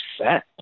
set